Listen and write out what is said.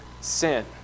sin